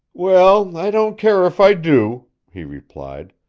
well, i don't care if i do, he replied.